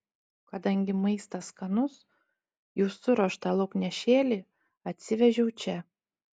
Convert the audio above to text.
kadangi maistas skanus jų suruoštą lauknešėlį atsivežiau čia